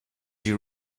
you